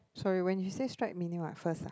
sorry when you say strike meaning what first ah